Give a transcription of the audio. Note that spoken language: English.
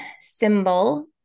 symbol